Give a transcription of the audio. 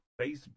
Facebook